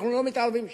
אנחנו לא מתערבים שם,